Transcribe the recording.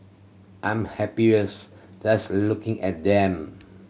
I'm happier just looking at them